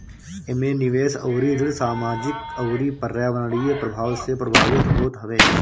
एमे निवेश अउरी ऋण सामाजिक अउरी पर्यावरणीय प्रभाव से प्रभावित होत हवे